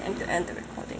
and end the recording